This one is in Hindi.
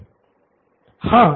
प्रो बाला हाँ